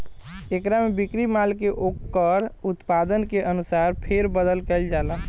एकरा में बिक्री माल के ओकर उत्पादन के अनुसार फेर बदल कईल जाला